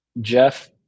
Jeff